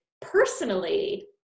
personally